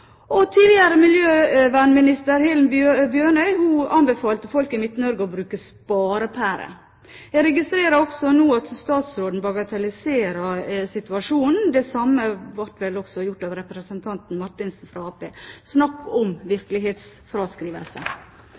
og tidligere miljøvernminister Helen Bjørnøy anbefalte folk i Midt-Norge å bruke sparepære. Jeg registrerer nå at også statsråden bagatelliserer situasjonen. Det samme ble også gjort av representanten Marthinsen fra Arbeiderpartiet. Snakk om